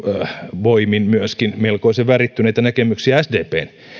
voimin myöskin melkoisen värittyneitä näkemyksiä sdpn